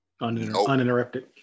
Uninterrupted